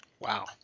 Wow